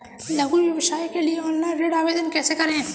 लघु व्यवसाय के लिए ऑनलाइन ऋण आवेदन कैसे करें?